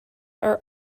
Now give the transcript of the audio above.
are